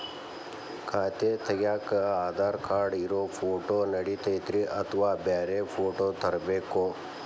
ಖಾತೆ ತಗ್ಯಾಕ್ ಆಧಾರ್ ಕಾರ್ಡ್ ಇರೋ ಫೋಟೋ ನಡಿತೈತ್ರಿ ಅಥವಾ ಬ್ಯಾರೆ ಫೋಟೋ ತರಬೇಕೋ?